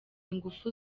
ingufu